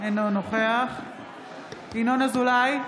אינו נוכח ינון אזולאי,